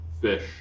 fish